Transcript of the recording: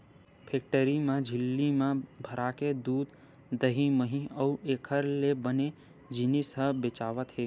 factory म झिल्ली म भराके दूद, दही, मही अउ एखर ले बने जिनिस ह बेचावत हे